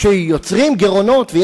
כשיוצרים גירעונות במוסדות להשכלה גבוהה,